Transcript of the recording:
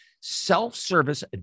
self-service